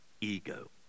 ego